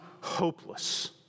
hopeless